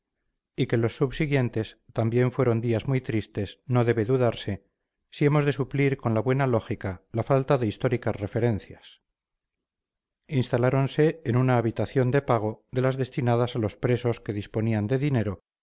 y que los subsiguientes también fueron días muy tristes no debe dudarse si hemos de suplir con la buena lógica la falta de históricas referencias instaláronse en una habitación de pago de las destinadas a los presos que disponían de dinero